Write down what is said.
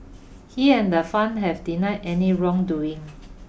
he and the fund have denied any wrongdoing